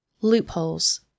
Loopholes